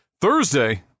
Thursday